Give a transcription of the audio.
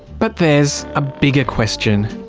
but there's a bigger question.